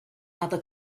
other